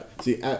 See